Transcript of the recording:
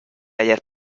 ayer